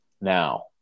Now